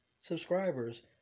subscribers